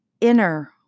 inner